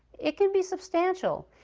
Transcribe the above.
it can be substantial.